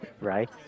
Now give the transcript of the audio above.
Right